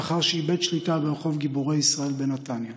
לאחר שאיבד שליטה ברחוב גיבורי ישראל בנתניה,